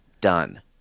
done